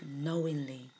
knowingly